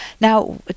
Now